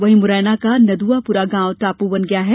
वहीं मुरैना का नदुआपुरा गांव टापू बन गया है